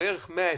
ומתוכם,